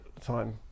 time